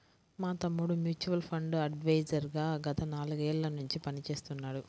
మా తమ్ముడు mutual fund advisor గా గత నాలుగేళ్ళ నుంచి పనిచేస్తున్నాడు